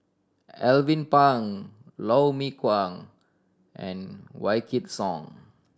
Alvin Pang Lou Mee Wah and Wykidd Song